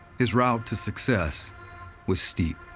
his route to success was steep.